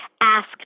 asked